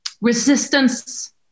resistance